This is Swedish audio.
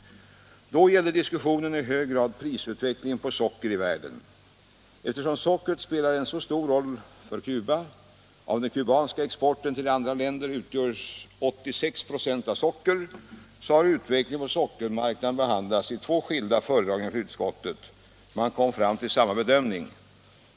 Då gällde diskussionen i hög grad prisutvecklingen på socker i världen. Eftersom sockret spelar en så stor roll för Cuba — av den kubanska exporten till andra länder utgörs 86 ?6 av socker — har utvecklingen på sockermarknaden behandlats i två skilda föredragningar inför utskottet. Man kom fram till samma bedömning.